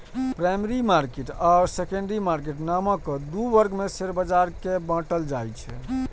primary market आ secondary market नामक दू वर्ग मे शेयर बाजार कें बांटल जाइ छै